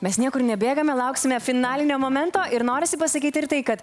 mes niekur nebėgame lauksime finalinio momento ir norisi pasakyti ir tai kad